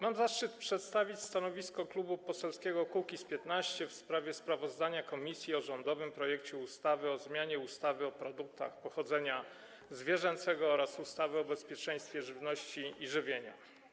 Mam zaszczyt przedstawić stanowisko Klubu Poselskiego Kukiz’15 w sprawie sprawozdania komisji o rządowym projekcie ustawy o zmianie ustawy o produktach pochodzenia zwierzęcego oraz ustawy o bezpieczeństwie żywności i żywienia.